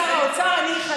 אני שר האוצר, אני אחלק.